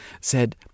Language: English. said—